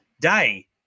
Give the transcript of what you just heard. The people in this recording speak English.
day